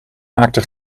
maakte